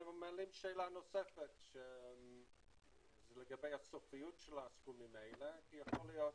הם מעלים שאלה נוספת לגבי הסופיות של הסכומים האלה כי יכול להיות,